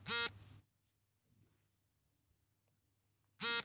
ಉತ್ತಮ ಇಳುವರಿಗಾಗಿ ಹೆಚ್ಚು ಬೆಲೆಯ ರಸಗೊಬ್ಬರಗಳನ್ನು ಬಳಸಬಹುದೇ?